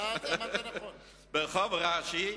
"ברחוב רש"י